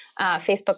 Facebook